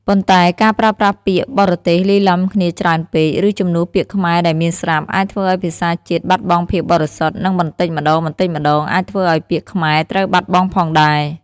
ប៉ុន្តែការប្រើប្រាស់ពាក្យបរទេសលាយឡំគ្នាច្រើនពេក ឬជំនួសពាក្យខ្មែរដែលមានស្រាប់ អាចធ្វើឱ្យភាសាជាតិបាត់បង់ភាពបរិសុទ្ធ និងបន្ដិចម្ដងៗអាចធ្វើឲ្យពាក្យខ្មែរត្រូវបាត់បង់ផងដែរ។